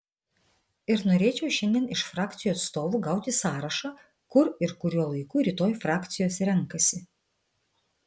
ir norėčiau šiandien iš frakcijų atstovų gauti sąrašą kur ir kuriuo laiku rytoj frakcijos renkasi